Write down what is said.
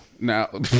now